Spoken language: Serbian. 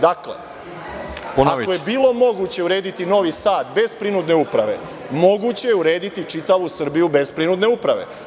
Dakle, ako je bilo moguće urediti Novi Sad bez prinudne uprave moguće je urediti čitavu Srbiju bez prinudne uprave.